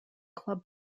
club